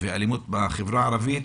ובאלימות בחברה הערבית,